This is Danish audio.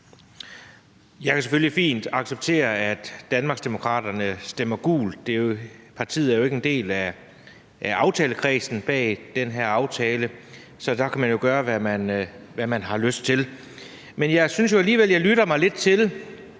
Jeg kan selvfølgelig fint acceptere, at Danmarksdemokraterne stemmer gult. Partiet er jo ikke en del af aftalekredsen bag den her aftale, så man kan jo gøre, hvad man har lyst til. Men jeg synes alligevel, at jeg i ordførerens tale